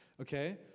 Okay